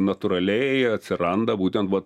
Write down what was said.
natūraliai atsiranda būtent vat